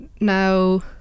now